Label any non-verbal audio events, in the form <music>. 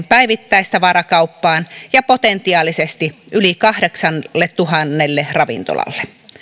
<unintelligible> päivittäistavarakauppaan ja potentiaalisesti yli kahdeksalletuhannelle ravintolalle